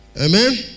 Amen